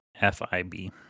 F-I-B